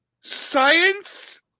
Science